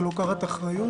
שלוקחת אחריות,